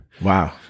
Wow